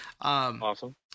awesome